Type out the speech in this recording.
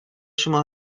شما